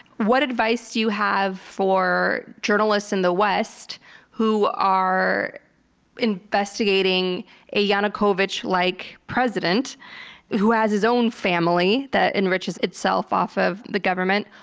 what advice do you have for journalists in the west who are investigating a yanukovych-like like president who has his own family that enriches itself off of the government?